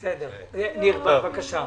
ניר, בבקשה.